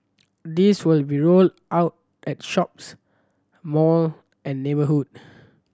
these will be rolled out at shops mall and neighbourhood